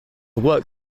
work